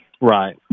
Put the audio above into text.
Right